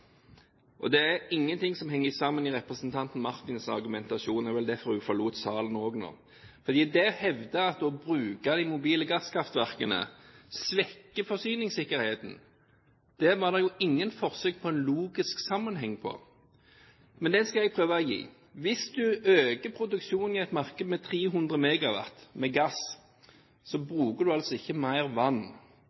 Og det er ingenting som henger sammen i representanten Marthinsens argumentasjon – det er vel derfor hun forlot salen også nå. Hun hevder at å bruke de mobile gasskraftverkene svekker forsyningssikkerheten, men det var jo ingen forsøk på å gi en logisk sammenheng. Men det skal jeg prøve å gi: Hvis du øker produksjonen i et marked med 300 MW med gass, bruker du ikke mer vann.